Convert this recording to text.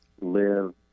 live